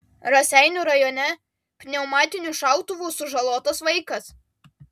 raseinių rajone pneumatiniu šautuvu sužalotas vaikas